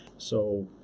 so,